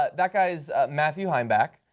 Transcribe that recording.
ah that guy is matthew leinbach,